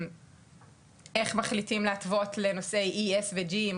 איך מחליטים להתוות לנושא ESG,